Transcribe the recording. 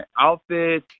outfit